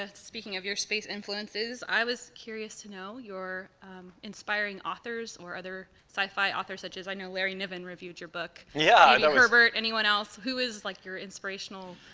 ah speaking of your space influences, i was curious to know your inspiring authors or other sci-fi authors, such as i know larry niven reviewed your book. yeah maybe herbert, anyone else? who is, like, your inspirational.